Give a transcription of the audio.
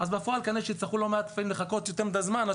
בפועל כנראה שיצטרכו לחכות לא מעט זמן עד